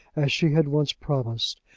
as she had once promised,